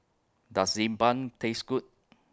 Does Xi Ban Taste Good